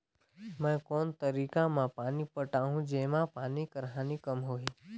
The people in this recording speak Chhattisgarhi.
मैं कोन तरीका म पानी पटाहूं जेमा पानी कर हानि कम होही?